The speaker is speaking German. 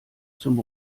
zum